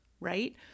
right